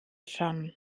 schon